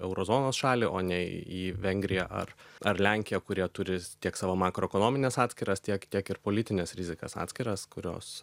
euro zonos šalį o ne į vengriją ar ar lenkiją kurie turi tiek savo makroekonomines atskiras tiek tiek ir politines rizikas atskiras kurios